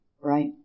Right